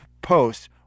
posts